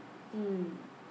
mm